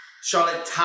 Charlotte